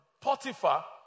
Potiphar